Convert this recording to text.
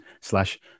slash